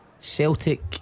Celtic